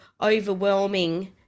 overwhelming